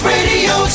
Radio